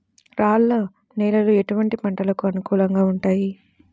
రాళ్ల నేలలు ఎటువంటి పంటలకు అనుకూలంగా ఉంటాయి?